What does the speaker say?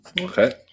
Okay